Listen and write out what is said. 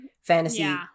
fantasy